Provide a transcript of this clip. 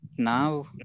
Now